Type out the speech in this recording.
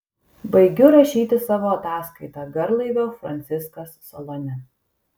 baigiu rašyti savo ataskaitą garlaivio franciskas salone